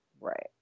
right